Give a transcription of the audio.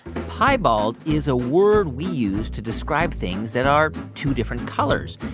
piebald is a word we use to describe things that are two different colors.